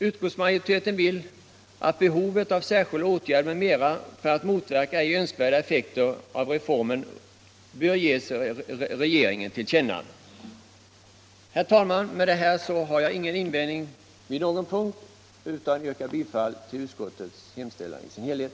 Utskottsmajoriteten vill att behovet av särskilda åtgärder m.m. för att motverka ej önskvärda effekter av reformen bör ges regeringen till känna. Herr talman! Jag har ingen invändning mot någon punkt utan yrkar bifall till utskottets hemställan i dess helhet.